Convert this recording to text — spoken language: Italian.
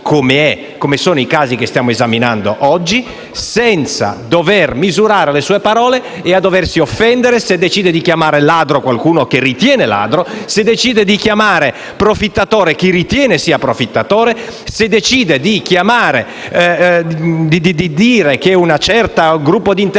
avvenuto nei casi che stiamo esaminando oggi, senza dover misurare le sue parole e sentirsi in imbarazzo se decide di chiamare «ladro» qualcuno che ritiene ladro, se decide di chiamare «profittatore» chi ritiene sia profittatore o se decide di dire che un certo gruppo di interesse,